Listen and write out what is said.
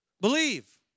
believe